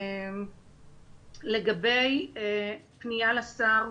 לגבי פנייה לשר,